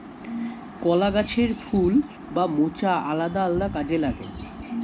কলা গাছের ফুল বা মোচা আলাদা আলাদা কাজে লাগে